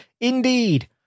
indeed